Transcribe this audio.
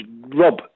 Rob